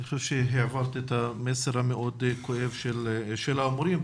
אני חושב שהעברת את המסר המאוד כואב של ההורים,